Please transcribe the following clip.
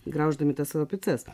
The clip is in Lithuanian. grauždami savo picas